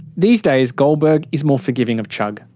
these days goldberg is more forgiving of chugg.